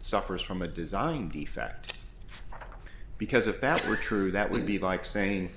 suffers from a design defect because if that were true that would be like saying